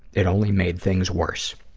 it only made things worse.